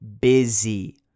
busy